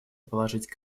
положить